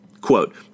Quote